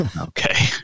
Okay